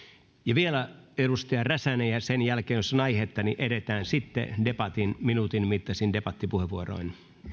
vielä edustaja räsänen ja sen jälkeen jos on aihetta edetään sitten minuutin mittaisin debattipuheenvuoroin